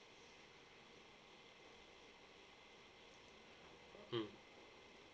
mm